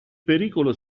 pericolo